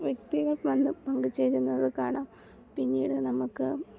വ്യക്തികൾ വന്ന് പങ്ക് ചേരുന്നതുകാണാം പിന്നീട് നമുക്ക്